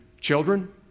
Children